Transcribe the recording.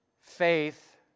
faith